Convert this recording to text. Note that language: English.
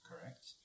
Correct